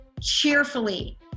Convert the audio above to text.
cheerfully